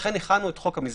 לכן הכנו את חוק המסגרת,